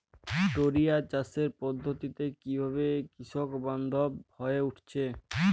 টোরিয়া চাষ পদ্ধতি কিভাবে কৃষকবান্ধব হয়ে উঠেছে?